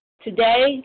Today